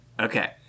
Okay